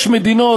יש מדינות,